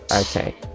Okay